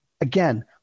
again